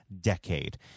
decade